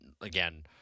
Again